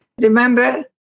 Remember